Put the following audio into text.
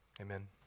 Amen